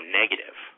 negative